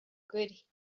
good